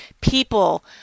people